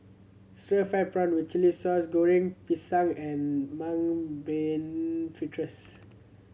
stir fried prawn with chili sauce Goreng Pisang and Mung Bean Fritters